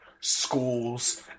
schools